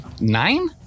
nine